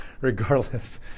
regardless